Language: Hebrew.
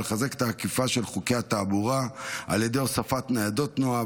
ולחזק את האכיפה של חוקי התעבורה על ידי הוספת ניידות תנועה,